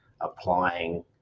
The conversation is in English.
applying